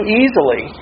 easily